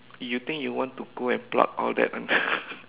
you think you want to go and pluck all that one